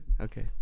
Okay